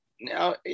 now